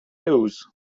lose